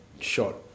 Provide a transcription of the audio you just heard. shot